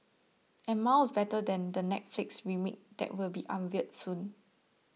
and miles better than the Netflix remake that will be unveiled soon